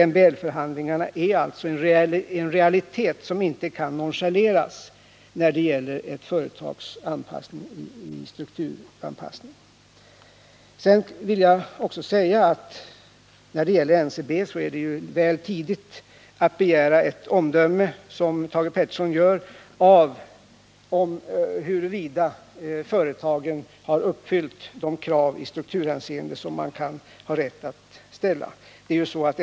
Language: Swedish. MBL-förhandlingarna är alltså en realitet som inte kan nonchaleras när det gäller ett företags strukturanpassning. I fråga om NCB vill jag också säga att det är väl tidigt att begära, som Thage Peterson gör, ett omdöme om huruvida företagen har uppfyllt de krav i strukturhänseende som man har rätt att ställa.